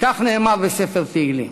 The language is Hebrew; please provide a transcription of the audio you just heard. וכך נאמר בספר תהילים: